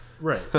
Right